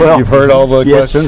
you've heard all the questions.